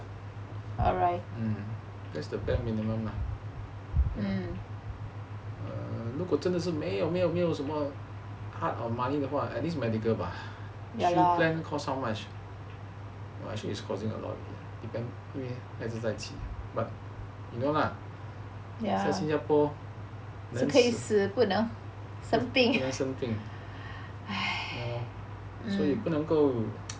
mm that's the bare minimum lah err 如果真的是没有没有没有什么 part of money 的话 at least medical 吧 the plan costs how much but she is costing a lot of money but you know lah 在新加坡人死不能生病所以不能够